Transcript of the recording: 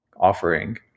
offering